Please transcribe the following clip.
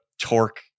torque